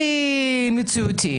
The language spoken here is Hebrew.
הכי מציאותי.